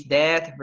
death